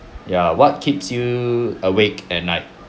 ya what keeps you awake at night